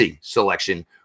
selection